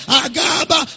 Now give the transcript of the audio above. agaba